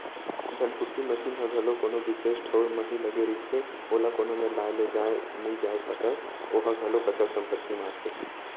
धनकुट्टी मसीन ह घलो कोनो बिसेस ठउर म ही लगे रहिथे, ओला कोनो मेर लाय लेजाय नइ जाय सकय ओहा घलोक अंचल संपत्ति म आथे